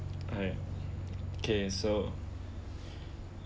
alright okay so